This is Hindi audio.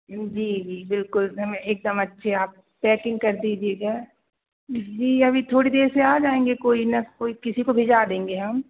जी जी बिलकुल हम एकदम अच्छे आप पैकिंग कर दीजिएगा जी अभी थोड़ी देर से आ जाएँगे कोई ना कोई किसी को भिजवा देंगे हम